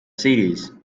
series